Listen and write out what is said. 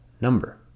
number